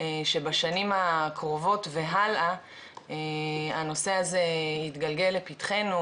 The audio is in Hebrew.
שבשנים הקרובות והלאה הנושא הזה יתגלגל לפתחנו,